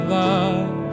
love